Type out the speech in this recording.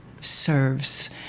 serves